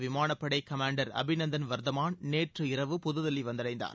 விமானப்படை கமாண்டர் அபிநந்தன் வர்த்தமான் நேற்று இரவு புதுதில்லி வந்தடைந்தார்